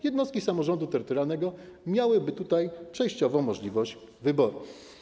Jednostki samorządu terytorialnego miałyby tutaj przejściowo możliwość wyboru.